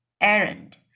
errand